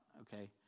Okay